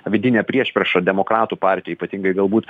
vidinę priešpriešą demokratų partijai ypatingai galbūt